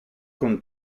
con